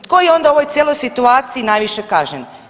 Tko je onda u ovoj cijeloj situaciji najviše kažnjen?